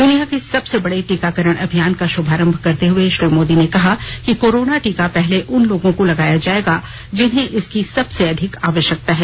दुनिया के सबसे बड़े टीकाकरण अभियान का शुभारंभ करते हुए श्री मोदी ने कहा कि कोरोना टीका पहले उन लोगों को लगाया जाएगा जिन्हें इसकी सबसे अधिक आवश्यकता है